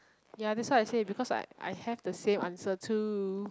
ya that's why I say because I I have the same answer too